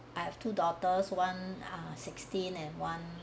I have two daughters one ah sixteen and one